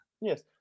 Yes